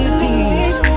peace